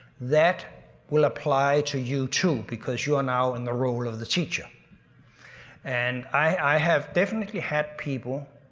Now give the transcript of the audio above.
that will apply to you to because you are now in the role of the teacher and i have definitely had people,